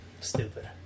Stupid